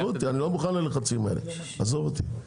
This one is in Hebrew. עזבו אותי, אני לא מוכן ללחצים האלה, עזוב אותי.